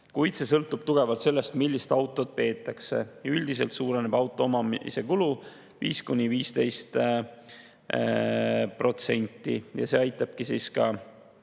kuid see sõltub tugevalt sellest, millist autot peetakse. Üldiselt suureneb auto omamise kulu 5–15% ja see aitabki